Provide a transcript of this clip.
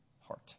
heart